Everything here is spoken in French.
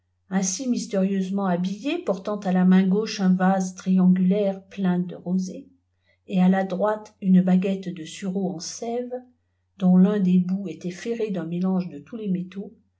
ainsi mystérieusement habillé portant à la main gauche un vase triangulaire plein de rosée et à là droite une baguette de sureau en sève donttun des bouts était ferré d'un ujélange àe tousles métaux